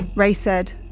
ray said,